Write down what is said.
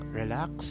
relax